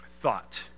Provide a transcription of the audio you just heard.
thought